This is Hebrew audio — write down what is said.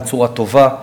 בצורה טובה,